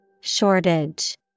Shortage